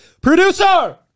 Producer